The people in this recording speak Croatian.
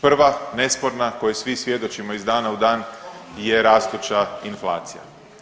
Prva, nesporna kojoj svi svjedočimo iz dana u dan je rastuća inflacija.